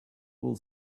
will